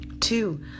Two